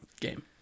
game